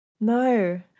No